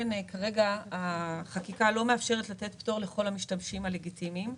כרגע החקיקה לא מאפשרת לתת פטור לכל המשתמשים הלגיטימיים.